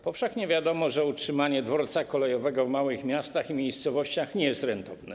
Powszechnie wiadomo, że utrzymanie dworców kolejowych w małych miastach i miejscowościach nie jest rentowne.